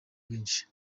bwinshi